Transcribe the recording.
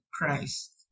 Christ